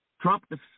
Trump